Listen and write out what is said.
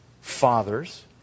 fathers